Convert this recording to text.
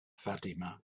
fatima